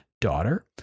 daughter